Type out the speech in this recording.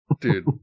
dude